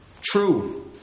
True